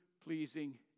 pleasing